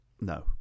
No